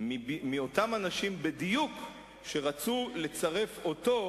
מאותם אנשים בדיוק שרצו לצרף אותו,